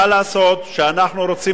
אדוני היושב-ראש,